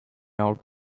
out